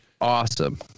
awesome